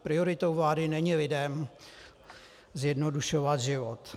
Prioritou vlády není lidem zjednodušovat život.